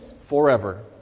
forever